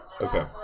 Okay